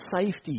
safety